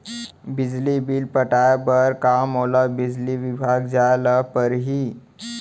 बिजली बिल पटाय बर का मोला बिजली विभाग जाय ल परही?